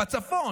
בצפון,